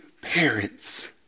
parents